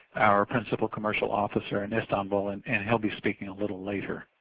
our principal commercial officer in istanbul and and heill be speaking a little later.